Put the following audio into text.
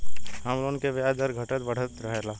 home loan के ब्याज दर घटत बढ़त रहेला